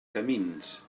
camins